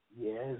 Yes